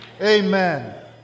amen